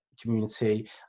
community